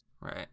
right